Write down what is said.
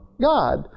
God